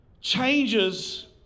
changes